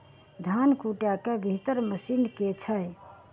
धान कुटय केँ बेहतर मशीन केँ छै?